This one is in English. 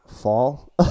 fall